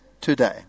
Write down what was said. today